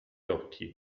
occhi